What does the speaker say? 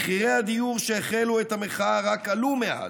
מחירי הדיור שהחלו את המחאה רק עלו מאז.